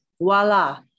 Voila